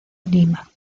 lima